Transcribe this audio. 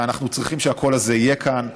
ואנחנו צריכים שהקול הזה יהיה כאן.